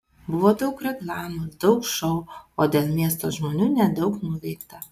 buvo daug reklamos daug šou o dėl miesto žmonių nedaug nuveikta